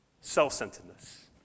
Self-centeredness